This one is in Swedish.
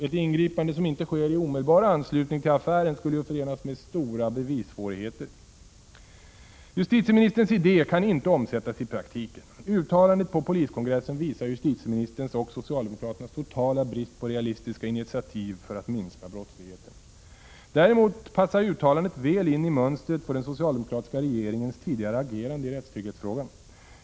Ett ingripande som inte sker i omedelbar anslutning till affären skulle ju förenas med stora bevissvårigheter. Justitieministerns idé kan inte omsättas i praktiken. Uttalandet på poliskongressen visar justitieministerns och socialdemokraternas totala brist på realistiska initiativ för att minska brottsligheten. Däremot passar uttalandet väl in i mönstret för den socialdemokratiska regeringens tidigare agerande i rättstrygghetsfrågan.